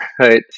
right